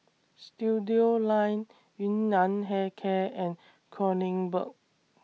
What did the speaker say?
Studioline Yun Nam Hair Care and Kronenbourg